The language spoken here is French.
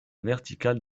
verticale